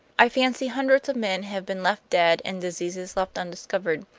i fancy hundreds of men have been left dead and diseases left undiscovered,